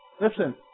Listen